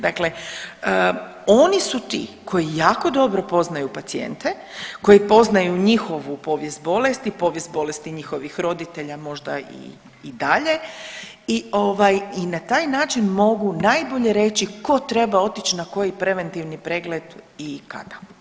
Dakle, oni su ti koji jako dobro poznaju pacijente, koji poznaju njihovu povijest bolesti i povijest bolesti njihovih roditelja možda i dalje i ovaj i na taj način mogu najbolje reći tko treba otići na koji preventivni pregled i kada.